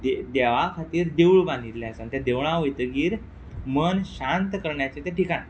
दे देवा खातीर देवूळ बांदिल्लें आसा आनी ते देवळा वयतगीर मन शांत करण्याचें तें ठिकाण